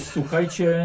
Słuchajcie